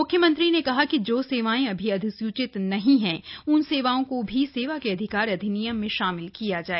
म्ख्यमंत्री ने कहा कि जो सेवाएं अभी अधिसूचित नहीं हैं उन सेवाओं को भी सेवा के अधिकार अधिनियम में शामिल किया जाय